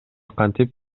кантип